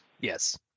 yes